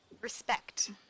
respect